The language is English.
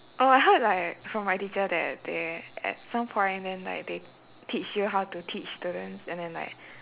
oh I heard like from my teacher that they at some point then like they teach you how to teach students and then like